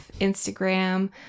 Instagram